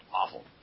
awful